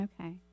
Okay